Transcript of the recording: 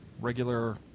regular